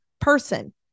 person